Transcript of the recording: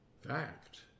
fact